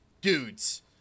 dudes